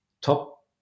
top